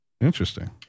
Interesting